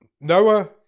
Noah